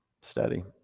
Steady